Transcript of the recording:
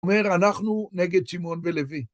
זאת אומרת, אנחנו נגד שמעון בלוי.